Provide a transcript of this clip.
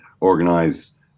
organize